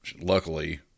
luckily